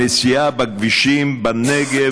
הנסיעה בכבישים בנגב,